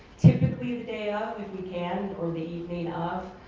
typically the day of, if we can, or the evening of.